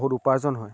বহুত উপাৰ্জন হয়